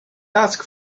ask